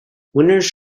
winners